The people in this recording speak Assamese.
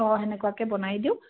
অঁ তেনেকুৱাকৈ বনাই দিওঁ